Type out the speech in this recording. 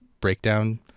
breakdown